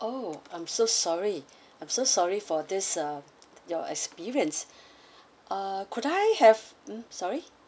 oh I'm so sorry I'm so sorry for this uh your experience uh could I have mm sorry